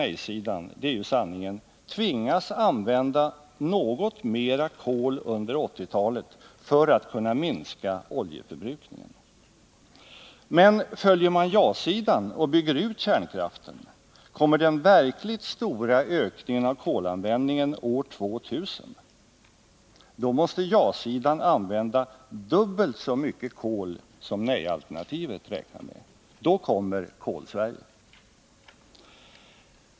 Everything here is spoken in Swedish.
Sanningen är ju att både ja-sidan och nej-sidan tvingas använda något mera kol under 1980-talet för att kunna minska oljeförbrukningen. Men följer man ja-sidan och bygger ut kärnkraften kommer den verkligt stora ökningen av kolanvändningen år 2000. Då måste ja-sidan använda dubbelt så mycket kol som man räknar med i nej-alternativet. Då kommer Kolsverige.